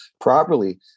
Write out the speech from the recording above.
properly